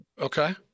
Okay